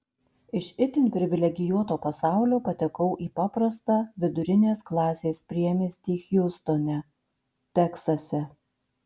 iš itin privilegijuoto pasaulio patekau į paprastą vidurinės klasės priemiestį hjustone teksase